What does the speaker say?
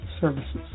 Services